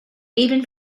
even